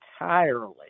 entirely